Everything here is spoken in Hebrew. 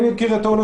להאריך את הפיילוט.